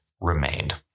remained